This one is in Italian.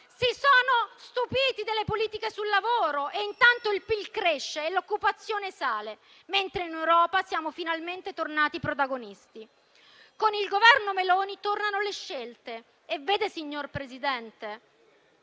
Si sono stupiti delle politiche sul lavoro, ma intanto il PIL cresce e l'occupazione sale, mentre in Europa siamo finalmente tornati protagonisti. Con il Governo Meloni tornano le scelte e vede, signor Presidente,